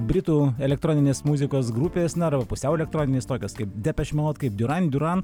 britų elektroninės muzikos grupės narau pusiau elektroninės tokios kaip depeš moud kaip duramduran